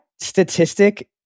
statistic